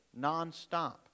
nonstop